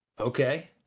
Okay